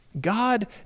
God